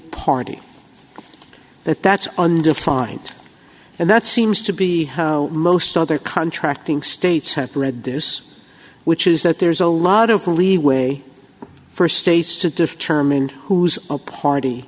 party but that's undefined and that seems to be how most other contracting states have read this which is that there's a lot of leeway for states to deferment who's a party